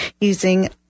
using